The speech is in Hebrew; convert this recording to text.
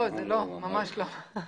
ממש לא.